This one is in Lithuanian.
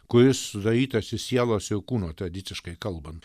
kuris sudarytas iš sielos ir kūno tradiciškai kalbant